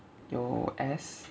有 S